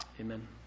Amen